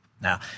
Now